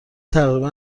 تقریبا